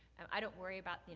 um i don't worry about,